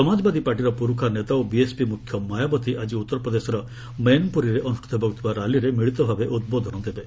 ସମାଜବାଦୀ ପାର୍ଟିର ପୁରୁଖା ନେତା ଓ ବିଏସ୍ପି ମୁଖ୍ୟ ମାୟାବତୀ ଆକ୍କି ଉତ୍ତର ପ୍ରଦେଶର ମେନପୁରୀରେ ଅନୁଷ୍ଠିତ ହେବାକୁଥିବା ର୍ୟାଲିରେ ମିଳିତଭାବେ ଉଦ୍ବୋଧନ ଦେବେ